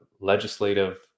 legislative